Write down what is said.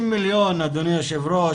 אדוני היושב ראש,